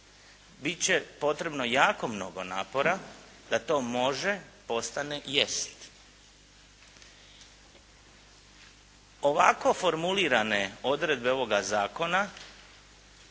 Bit će potrebno jako mnogo napora da to "može" postane "jest" Ovako formulirane odredbe ovoga zakona